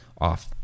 off